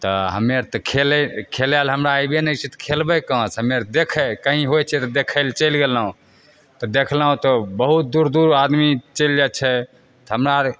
तऽ हमे आर तऽ खेल खेलै लए हमरा अइबे नहि छै तऽ खेलबै कहाँ सऽ हमे देखै कहीं होइ छै तऽ देखै लए चैलि गेलहुॅं तऽ देखलहुॅं तऽ बहुत दूर दूर आदमी चैलि जाइ छै तऽ हमरा आर